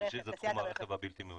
השלישי זה תחום הרכב הבלתי מאויש.